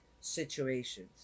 Situations